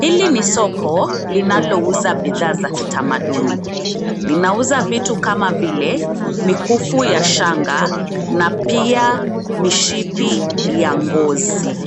Hili ni soko linalouza bidhaa za kitamaduni, linauza vitu kama vile mikufu ya shanga na pia mishipi ya ngozi.